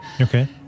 Okay